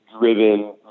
driven